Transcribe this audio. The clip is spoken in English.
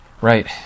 Right